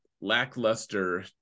lackluster